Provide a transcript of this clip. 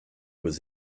was